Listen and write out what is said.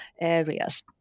areas